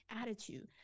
attitude